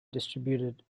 distributed